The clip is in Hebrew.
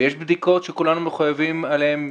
יש בדיקות שכולנו מחויבים עליהן,